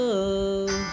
Love